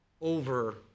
over